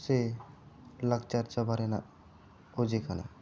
ᱥᱮ ᱞᱟᱠᱪᱟᱨ ᱪᱟᱵᱟ ᱨᱮᱱᱟᱜ ᱚᱡᱮ ᱠᱟᱱᱟ